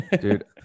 Dude